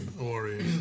Warriors